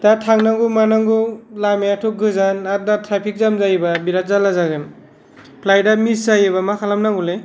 दा थांनांगौ मानांगौ लामायाथ' गोजान आर दा ट्राफिक जाम जायोबा बिराद जाल्ला जागोन फ्लाइट आ मिस जायोबा मा खालामनांगौ लै